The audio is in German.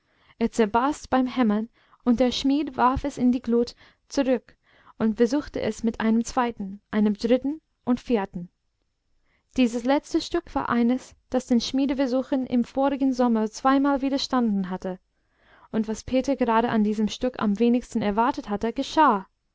es zerbarst beim hämmern und der schmied warf es in die glut zurück und versuchte es mit einem zweiten einem dritten und vierten dieses letzte stück war eines das den schmiedeversuchen im vorigen sommer zweimal widerstanden hatte und was peter gerade an diesem stück am wenigsten erwartet hatte geschah